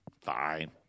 fine